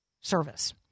service